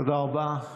תודה רבה.